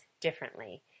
differently